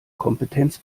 kompetenz